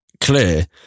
clear